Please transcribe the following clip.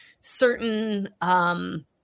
certain